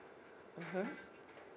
mmhmm